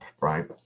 right